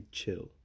chill